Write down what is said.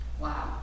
Wow